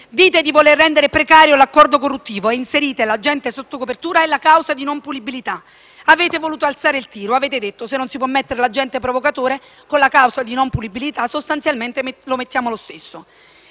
Dite di voler rendere precario l'accordo correttivo, e inserite l'agente sotto copertura e la causa di non punibilità. Avete voluto alzare il tiro. Avete detto: se non si può mettere l'agente provocatore, con la causa di non punibilità sostanzialmente lo inseriamo ugualmente.